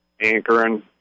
anchoring